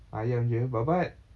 ayam jer babat